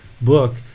book